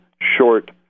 short